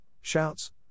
shouts